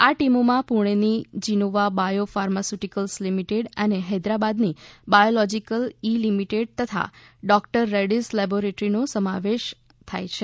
આ ટીમોમાં પૂણેની જિનોવા બાયો ફાર્માસ્ચુટીકલ્સ લિમિટેડ અને હૈદરાબાદની બાયોલોજીકલ ઈ લિમિટેડ તથા ડોક્ટર રેડિસ લેબોરેટરીનો સમાવેશ સમાવેશ થાય છે